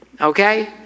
Okay